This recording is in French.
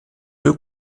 deux